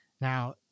Now